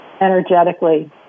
energetically